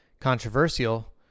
controversial